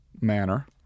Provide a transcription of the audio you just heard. manner